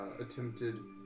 attempted